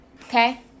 Okay